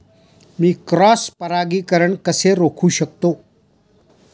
मी cross परागीकरण कसे रोखू शकतो?